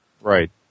Right